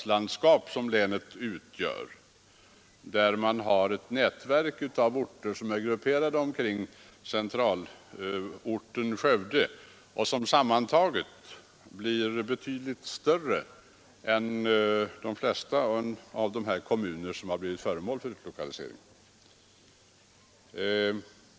Samhällsstrukturen i länet utgörs av ett stadslandskap med ett nätverk av orter som är grupperade kring centralorten Skövde och som sammantaget är betydligt större än de flesta av de kommuner som blivit föremål för utlokalisering.